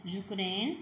Ukraine